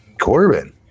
Corbin